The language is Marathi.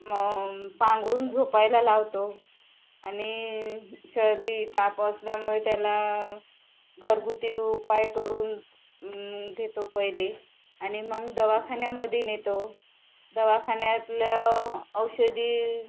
मग पांगळून झोपायला लावतो आणि सर्दी ताप असल्यामुळे त्याला घरगुती उपाय करून घेतो पहिले आणि मग दवाखान्यामध्ये नेतो दवाखान्यातल्या औषधी